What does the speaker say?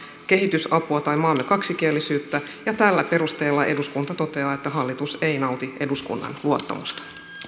kehitysapua tai maamme kaksikielisyyttä ja tällä perusteella eduskunta toteaa että hallitus ei nauti eduskunnan luottamusta